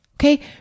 Okay